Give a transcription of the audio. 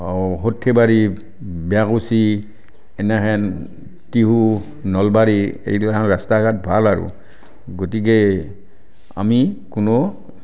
সৰ্থেবাৰী ব্যাকুচি এনেহেন টিহু নলবাৰী সেইগিলাখান ৰাস্তা ঘাট ভাল আৰু গতিকে আমি কোনো